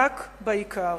רק בעיקר.